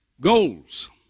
Goals